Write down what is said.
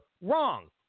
wrong